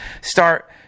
start